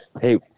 Hey